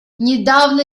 недавно